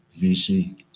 VC